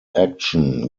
action